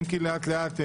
אם כי לאט לאט,